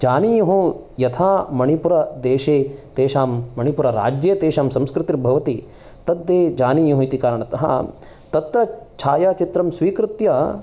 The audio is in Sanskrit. जानीयुः यथा मणिपुरदेशे तेषां मणिपुरराज्ये तेषां संस्कृतिर्भवति तत् जानेयुः इति कारणतः तत्र छाया चित्रं स्वीकृत्य